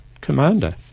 commander